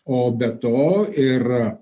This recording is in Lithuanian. o be to ir